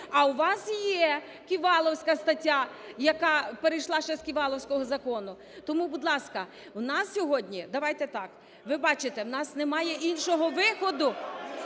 а у вас є ківаловська стаття, яка перейшла ще з ківаловського закону. Тому, будь ласка, у нас сьогодні, давайте так, ви бачите, у нас немає іншого виходу,